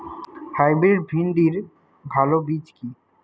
Hybrid ভিন্ডির ভালো বীজ কি?